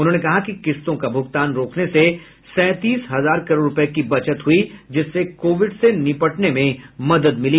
उन्होंने कहा कि किस्तों का भुगतान रोकने से सैंतीस हजार करोड रूपये की बचत हुई जिससे कोविड से निपटने में मदद मिली